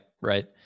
Right